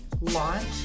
launch